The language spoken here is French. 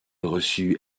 reçut